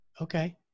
Okay